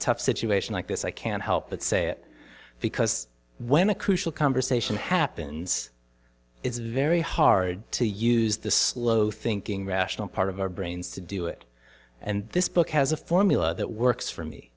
tough situation like this i can't help but say it because when a crucial conversation happens it's very hard to use this thinking rational part of our brains to do it and this book has a formula that works for me